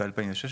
ב-2016.